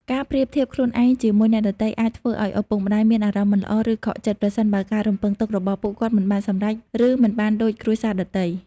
ការប្រៀបធៀបខ្លួនឯងជាមួយអ្នកដទៃអាចធ្វើឱ្យឪពុកម្ដាយមានអារម្មណ៍មិនល្អ ឬខកចិត្ត ប្រសិនបើការរំពឹងទុករបស់ពួកគាត់មិនបានសម្រេច ឬមិនបានដូចគ្រួសារដទៃ។